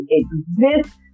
exist